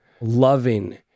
loving